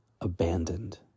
abandoned